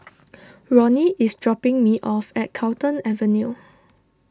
Ronny is dropping me off at Carlton Avenue